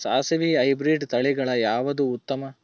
ಸಾಸಿವಿ ಹೈಬ್ರಿಡ್ ತಳಿಗಳ ಯಾವದು ಉತ್ತಮ?